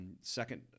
second